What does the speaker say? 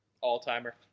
All-timer